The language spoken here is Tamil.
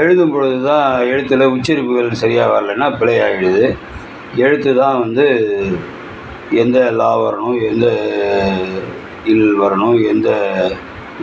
எழுதும்போது தான் எழுத்தில் உச்சரிப்பு வரது சரியா வரலன்னா பிழையாயிடுது எழுத்து தான் வந்து எந்த ல வரணும் எந்த ன் வரணும் எந்த